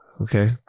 Okay